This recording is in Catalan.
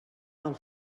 del